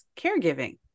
caregiving